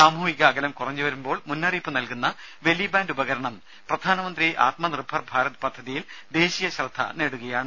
സാമൂഹിക അകലം കുറഞ്ഞു വരുമ്പോൾ മുന്നറിയിപ്പു നൽകുന്ന വെലിബാന്റ് ഉപകരണം പ്രധാനമന്ത്രി ആത്മനിർഭർ ഭാരത് പദ്ധതിയിൽ ദേശീയ ശ്രദ്ധ നേടുകയാണ്